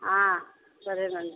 సరేనండి